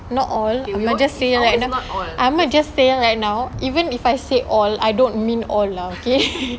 not all I will just say right now I just going to say right now even if I said all I don't mean all lah okay